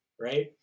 right